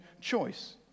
choice